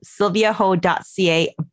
sylviaho.ca